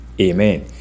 Amen